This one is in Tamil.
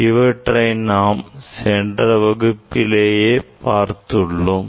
இவற்றையும் நாம் கடந்த வகுப்புகளில் பார்த்துள்ளோம்